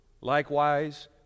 Likewise